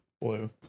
blue